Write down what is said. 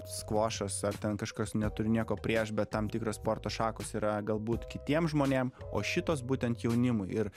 skvošas ar ten kažkas neturi nieko prieš bet tam tikros sporto šakos yra galbūt kitiem žmonėm o šitos būtent jaunimui ir